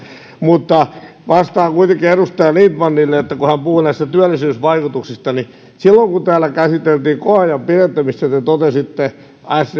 mutta vastaan kuitenkin edustaja lindtmanille kun hän puhui näistä työllisyysvaikutuksista niin silloin kun täällä käsiteltiin koeajan pidentämistä te totesitte